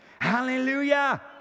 Hallelujah